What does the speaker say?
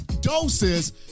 doses